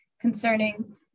concerning